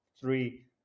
three